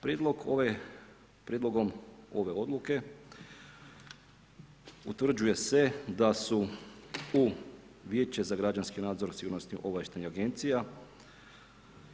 Prijedlogom ove Odluke utvrđuje se da su u Vijeće za građanski nadzor sigurnosno-obavještajnih agencija